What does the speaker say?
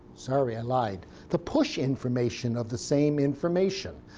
sorry, i lied the push information of the same information.